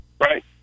Right